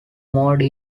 mode